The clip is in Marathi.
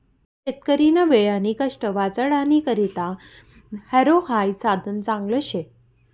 शेतकरीना वेळ आणि कष्ट वाचाडानी करता हॅरो हाई साधन चांगलं शे